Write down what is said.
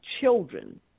children